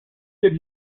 did